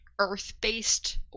Earth-based